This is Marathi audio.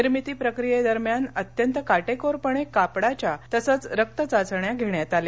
निर्मिती प्रक्रियेदरम्यान अत्यंत काटेकोरपणे कापडाच्या तसंच रक्तचाचण्या घेण्यात आल्या